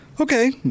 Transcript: okay